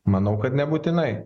manau kad nebūtinai